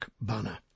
Banner